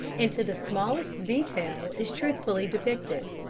and to the smallest detail is truthfully depicted.